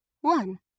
one